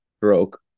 stroke